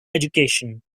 education